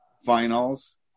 finals